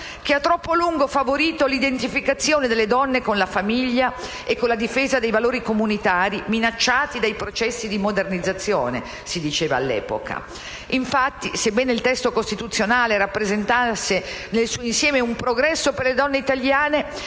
che ha troppo a lungo favorito l'identificazione delle donne con la famiglia e la difesa dei lavori comunitari minacciati dai processi di modernizzazione. Così si diceva all'epoca. Infatti, sebbene il testo costituzionale rappresentasse nel suo insieme un progresso per le donne italiane,